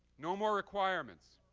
no more requirements,